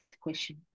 question